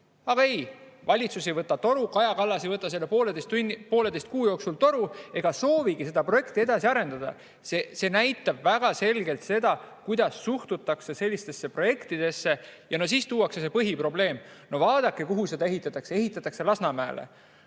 Aga ei, valitsus ei võta toru, Kaja Kallas ei võta selle pooleteise kuu jooksul toru ega soovigi seda projekti edasi arendada. See näitab väga selgelt seda, kuidas sellistesse projektidesse suhtutakse. No ja siis tuuakse see põhiprobleem: vaadake, kuhu see ehitatakse! Ehitatakse Lasnamäele!